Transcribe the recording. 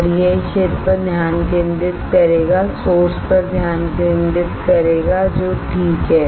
और यह इस क्षेत्र पर ध्यान केंद्रित करेगा सोर्स पर ध्यान केंद्रित करेगा जो ठीक है